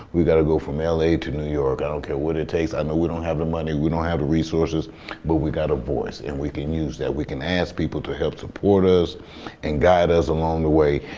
we got to go from la to new york. i don't care what it takes. i know we don't have the money, we don't have the resources but we got a voice and we can use that we can ask people to help support us and guide us along the way.